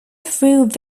through